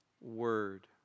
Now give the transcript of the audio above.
Word